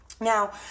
Now